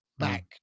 back